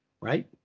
Right